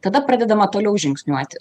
tada pradedama toliau žingsniuoti